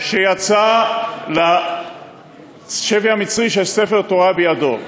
שיצא לשבי המצרי כשספר תורה בידו.